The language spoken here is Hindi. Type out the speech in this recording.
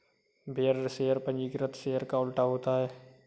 बेयरर शेयर पंजीकृत शेयर का उल्टा होता है